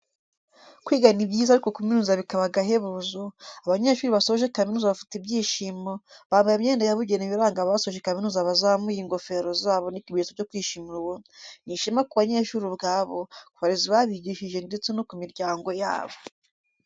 Kwiga ni byiza ariko kuminuza bikaba agahebuzo, abanyeshuri basoje kaminuza bafite ibyishimo, bambaye imyenda yabugenewe iranga abasoje kaminuza bazamuye ingofero zabo nk'ikimenyetso cyo kwishimira uwo, ni ishema ku banyeshuri ubwabo, ku barezi babigishije ndetse no ku miryango yabo.